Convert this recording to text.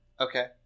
Okay